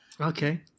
Okay